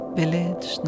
village